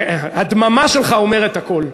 הדממה שלך אומרת הכול,